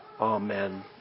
Amen